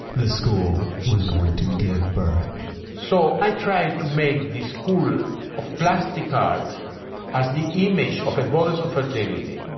this school was going to give birth so i tried to make the school of plastic art as the image of a goddess of fertility.